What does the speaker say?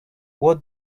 what